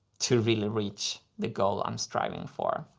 to really reach the goal i'm striving for.